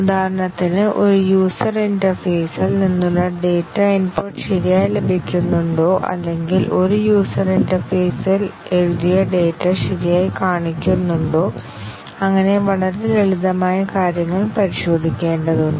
ഉദാഹരണത്തിന് ഒരു യൂസർ ഇന്റർഫേസിൽ നിന്നുള്ള ഡാറ്റ ഇൻപുട്ട് ശരിയായി ലഭിക്കുന്നുണ്ടോ അല്ലെങ്കിൽ ഒരു യൂസർ ഇന്റർഫേസിൽ എഴുതിയ ഡാറ്റ ശരിയായി കാണിക്കുന്നുണ്ടോ അങ്ങനെ വളരെ ലളിതമായ കാര്യങ്ങൾ പരിശോധിക്കേണ്ടതുണ്ട്